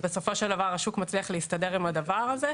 שבסופו של דבר השוק מצליח להסתדר עם הדבר הזה.